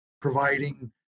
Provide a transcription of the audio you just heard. providing